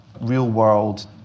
real-world